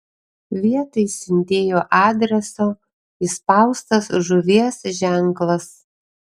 vietoj siuntėjo adreso įspaustas žuvies ženklas